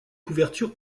couvertures